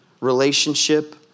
relationship